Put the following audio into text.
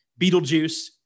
Beetlejuice